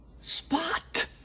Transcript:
Spot